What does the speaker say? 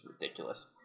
ridiculous